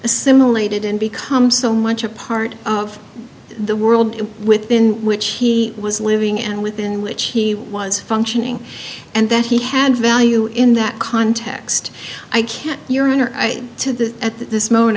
assimilated and become so much a part of the world within which he was living and within which he was functioning and that he had value in that context i can't your inner eye to the at this moment